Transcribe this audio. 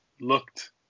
looked